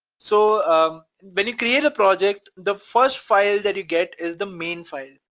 so um and when you create a project, the first file that you get is the main file,